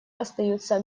остаются